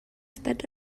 estat